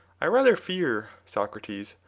i rather fear, socrates,